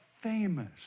famous